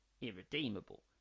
irredeemable